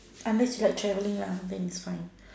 unless you like traveling ah then it's fine